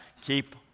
Keep